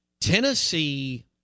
Tennessee